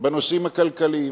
בנושאים הכלכליים.